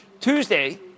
Tuesday